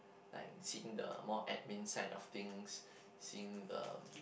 like seeing the more admin side of things seeing the